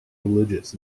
religious